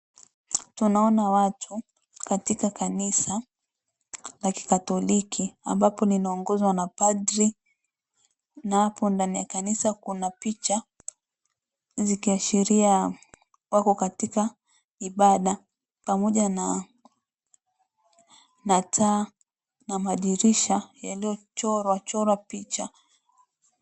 Tunaona watu Katika kanisa, la kitatoliki. Ambapo linaongozwo na padre. Na hapo ndani ya kanisa Kuna picha zikiashiria wako Katika ibada. Pamoja na taa na madirisha yaliyochorwa chorwa picha.